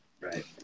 Right